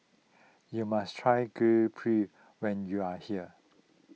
you must try Gudeg Putih when you are here